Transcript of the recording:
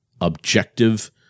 objective